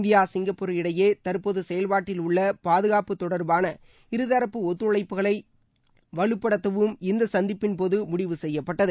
India Singapore இடையே தற்போது செயல்பாட்டில் உள்ள பாதுகாப்பு தொடர்பான இருதரப்பு ஒத்துழைப்புகளை வலுப்படுத்தவும் இந்த சந்திப்பின்போது முடிவு செய்யப்பட்டது